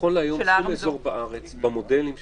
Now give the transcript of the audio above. נכון להיום בכל אזור בארץ במודלים שלכם,